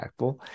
impactful